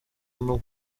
nuwo